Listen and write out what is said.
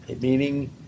meaning